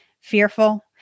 fearful